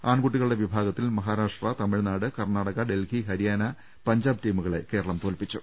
ആൺകുട്ടികളുടെ വിഭാഗ ത്തിൽ മഹാരാഷ്ട്ര തമിഴ്നാട് കർണാടക ഡൽഹി ഹരിയാന പഞ്ചാബ് ടീമുകളെയാണ് കേരളം തോൽപ്പിച്ചത്